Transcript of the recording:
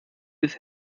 ist